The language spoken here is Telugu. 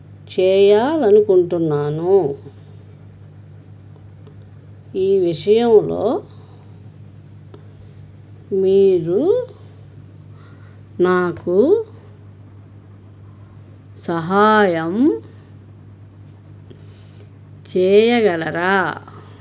చేయాలి అనుకుంటున్నాను ఈ విషయంలో మీరు నాకు సహాయం చేయగలరా